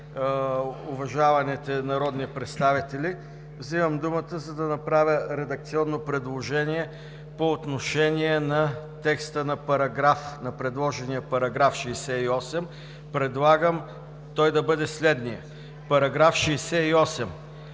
уважаваните народни представители, взимам думата, за да направя редакционно предложение по отношение на текста на предложения § 68. Предлагам той да бъде следният: „§ 68.